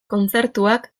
kontzertuak